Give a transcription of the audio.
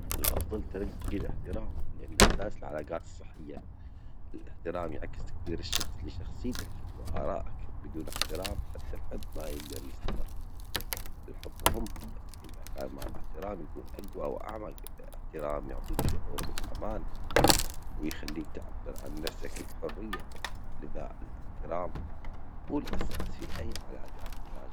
الأفضل تلجي الاحترام، لإنه أساس العلاقات الصحية، الاحترام يعكس كتير لشخص- لشخصيتك و آرائك، بدون احترام حتى الحب ما يجدر يستمر، الحب مهم بس إذا كان مع الاحترام يكون أجوى و أعمج، الاحترام يعطيك شعور بالأمان و يخليك تعبر عن نفسك بحرية، لذا الاحترام هو الأساسي في أي علاجة ناجحة.